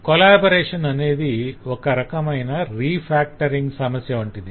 collaboration అనేది ఒక రకమైన రీఫాక్టరింగ్ సమస్య వంటిది